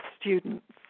students